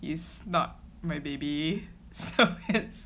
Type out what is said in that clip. is not my baby